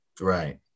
right